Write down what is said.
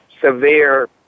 severe